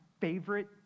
favorite